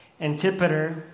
Antipater